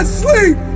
sleep